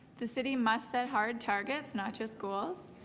the city must set hard targets, not just goals,